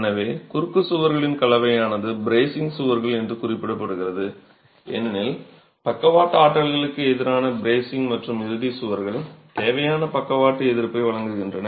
எனவே குறுக்கு சுவர்களின் கலவையானது பிரேசிங் சுவர்கள் என்றும் குறிப்பிடப்படுகிறது ஏனெனில் பக்கவாட்டு ஆற்றல்களுக்கு எதிரான பிரேசிங் மற்றும் இறுதி சுவர்கள் தேவையான பக்கவாட்டு எதிர்ப்பை வழங்குகின்றன